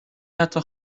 حتی